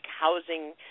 housing